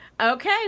Okay